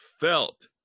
felt